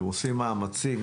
האם אתם עושים מאמצים?